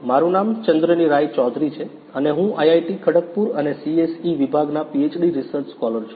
મારું નામ ચંદ્રની રાઈ ચૌધરી છે અને હું આઇઆઇટી ખડગપુર અને CSE વિભાગના પીએચડી રિસર્ચ સ્કોલર છું